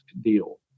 deal